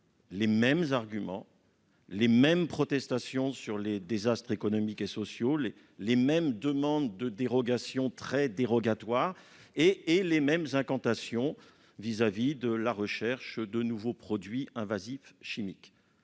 les mêmes arguments, les mêmes protestations sur les désastres économiques et sociaux, les mêmes demandes de dérogation très dérogatoires et les mêmes incantations à l'égard de la recherche de nouveaux produits chimiques